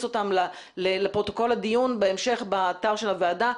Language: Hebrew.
אותם לפרוטוקול הדיון בהמשך באתר של הוועדה,